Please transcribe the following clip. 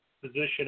position